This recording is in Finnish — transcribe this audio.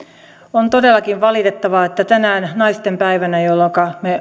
on todellakin valitettavaa että tänään naistenpäivänä jolloinka